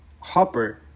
hopper